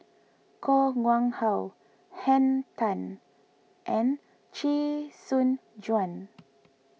Koh Nguang How Henn Tan and Chee Soon Juan